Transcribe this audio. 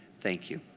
thank you.